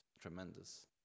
Tremendous